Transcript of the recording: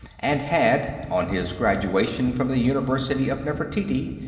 and had, on his graduation from the university of nefertiti,